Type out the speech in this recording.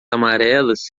amarelas